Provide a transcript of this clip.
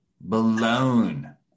blown